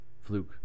fluke